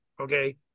okay